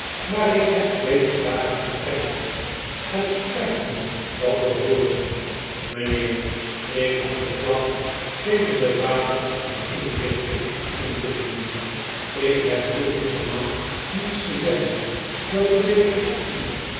maar ik heb beter dagen gekend het spijt me dat te hooren m'nheer ik heb een klacht tegen den vader der inrichting in te dienen ik heb hier hoegenaamd niets te zeggen dat verzeker ik u